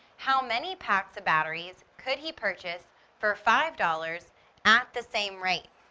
how many packs of batteries could he purchase for five dollars at the same rate?